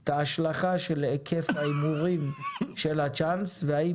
את ההשלכה של היקף ההימורים של הצ'אנס והאם